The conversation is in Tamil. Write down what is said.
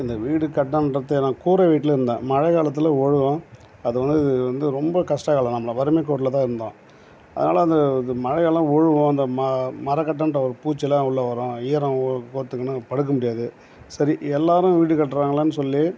இந்த வீடு கட்டினோம்ன்றது நான் கூரை வீட்டில் இருந்தேன் மழை காலத்தில் ஒழுகும் அது ஒன்று வந்து ரொம்ப கஷ்டகாலம் நம்ம வறுமை கோட்டில் தான் இருந்தோம் அதனால் அந்த இது மலையெல்லாம் ஒழுகும் இந்த மரக்கட்டன்ற ஒரு பூச்சியெல்லாம் உள்ளே வரும் ஈரம் கோர்த்துக்கின்னு படுக்க முடியாது சரி எல்லோரும் வீடு கட்டுகிறாங்களேனு சொல்லி